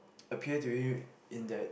appear to you in that